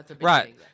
Right